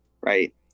right